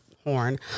horn